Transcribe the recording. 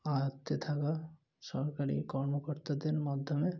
আয়ত্তে থাকা সরকারি কর্মকর্তাদের মাধ্যমে